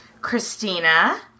Christina